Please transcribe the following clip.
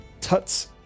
tuts